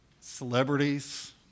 celebrities